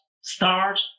start